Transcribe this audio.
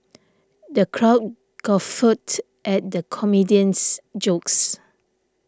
the crowd guffawed at the comedian's jokes